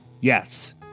Yes